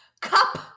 Cup